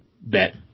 bet